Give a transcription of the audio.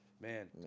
Man